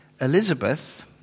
Elizabeth